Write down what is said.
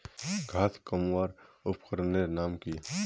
घांस कमवार उपकरनेर नाम की?